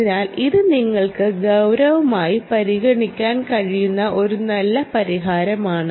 അതിനാൽ ഇത് നിങ്ങൾക്ക് ഗൌരവമായി പരിഗണിക്കാൻ കഴിയുന്ന ഒരു നല്ല പരിഹാരമാണ്